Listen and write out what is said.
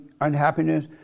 unhappiness